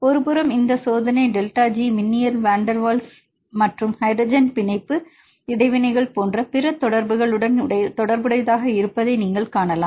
ஒருபுறம் இந்த சோதனை டெல்டா G மின்னியல் வான் டெர் வால்ஸ் மற்றும் ஹைட்ரஜன் பிணைப்பு இடைவினைகள் போன்ற பிற தொடர்புகளுடன் தொடர்புடையதாக இருப்பதை நீங்கள் காணலாம்